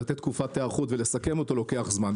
לתת תקופת היערכות ולסכם אותו לוקח זמן.